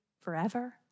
forever